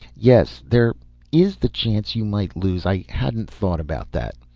yes there is the chance you might lose, i hadn't thought about that.